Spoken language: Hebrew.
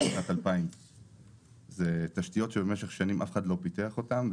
שנת 2000. אלה תשתיות שבמשך שנים אף אחד לא פיתח אותן.